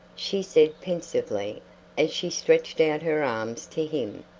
she said pensively as she stretched out her arms to him.